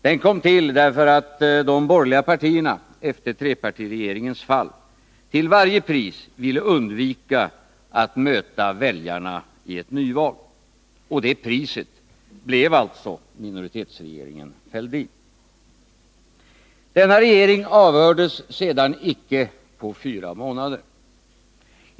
Den kom till därför att de borgerliga partierna efter trepartiregeringens fall till varje pris ville undvika att möta väljarna i ett nyval. Och det priset blev alltså minoritetsregeringen Fälldin. Denna regering avhördes sedan icke på fyra månader.